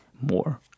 more